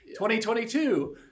2022